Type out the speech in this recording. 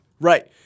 Right